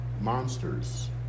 monsters